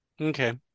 okay